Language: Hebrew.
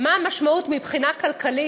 מה המשמעות מבחינה כלכלית,